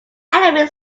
enemy